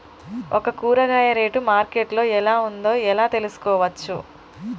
ఒక కూరగాయ rate market లో ఎలా ఉందో ఎలా తెలుసుకోవచ్చు?